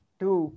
two